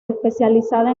especializada